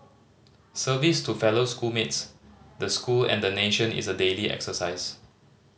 service to fellow school mates the school and the nation is a daily exercise